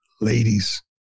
ladies